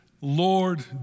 Lord